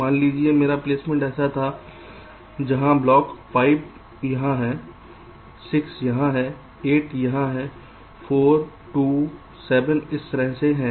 मान लीजिए मेरा प्लेसमेंट ऐसा था जहाँ ब्लॉक 5 यहाँ है 6 यहाँ है 8 यहाँ है 4 2 7 इस तरह से है